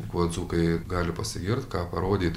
kuo dzūkai gali pasigirt ką parodyt